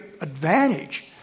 advantage